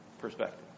perspective